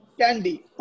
candy